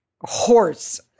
horse